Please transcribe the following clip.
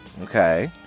Okay